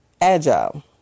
agile